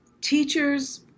Teachers